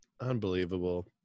Unbelievable